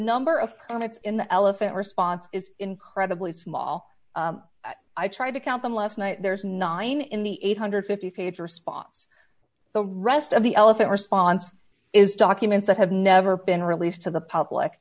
number of products in the elephant response is incredibly small i tried to count them last night there's nine in the eight hundred and fifty page response the rest of the elephant response is documents that have never been released to the public